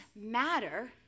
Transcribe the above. matter